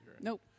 Nope